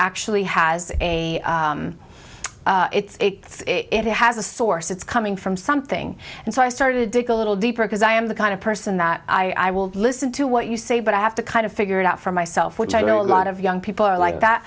actually has a it's it has a source it's coming from something and so i started to go a little deeper because i am the kind of person that i will listen to what you say but i have to kind of figure it out for myself which i know a lot of young people are like that